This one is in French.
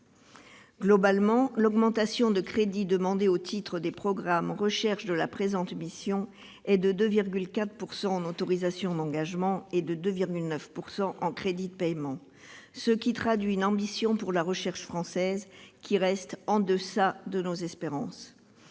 Globalement, l'augmentation de crédits demandés au titre des programmes « Recherche » de la présente mission est de 2,4 % en autorisations d'engagement et de 2,9 % en crédits de paiement, ce qui traduit une ambition pour la recherche française qui reste en deçà de nos espérances.